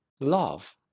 love